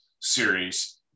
series